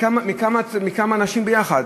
מכמה אנשים ביחד.